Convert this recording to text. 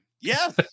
yes